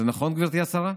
זה נכון, גברתי השרה?